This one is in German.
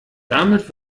damit